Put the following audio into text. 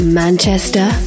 manchester